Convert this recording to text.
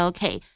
Okay